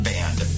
Band